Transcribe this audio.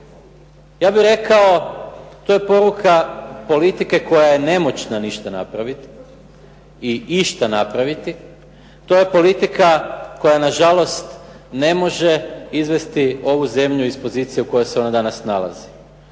Ja bih rekao to je poruka politike koja je nemoćna ništa napraviti i išta napraviti. To je politika koja na žalost ne može izvesti ovu zemlju iz pozicije u kojoj se ona danas nalazi.